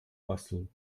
basteln